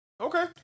Okay